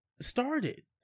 started